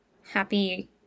happy